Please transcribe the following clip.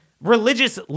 religious